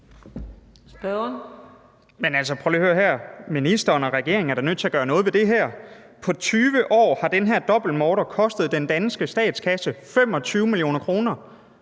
Ministeren og regeringen er da nødt til at gøre noget ved det her. På 20 år har den her dobbeltmorder kostet den danske statskasse 25 mio. kr.,